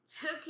took